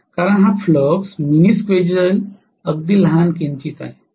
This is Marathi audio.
कारण हा फ्लक्स मिनी स्केझल अगदी लहान किंचीत आहे